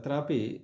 तत्रापि